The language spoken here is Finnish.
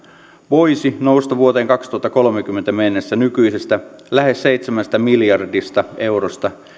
voisi nousta vuoteen kaksituhattakolmekymmentä mennessä nykyisestä lähes seitsemästä miljardista eurosta